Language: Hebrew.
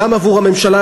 גם עבור הממשלה,